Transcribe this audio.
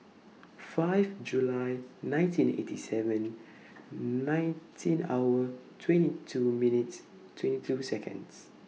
five July nineteen eighty seven nineteen hours twenty two minutes twenty two Seconds